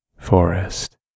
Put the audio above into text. forest